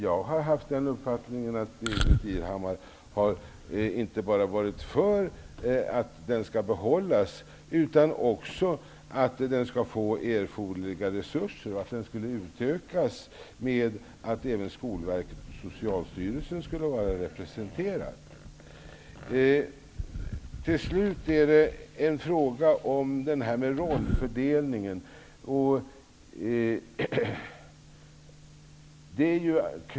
Jag har haft den uppfattningen att Ingbritt Irhammar inte bara har varit för att den skall behållas utan också för att den skall få erforderliga resurser och att den skulle utökas på så sätt att även Skolverket och Det är slutligen en fråga om rollfördelningen.